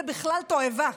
זה בכלל תועבה.